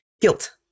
Guilt